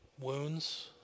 wounds